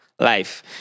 Life